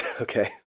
Okay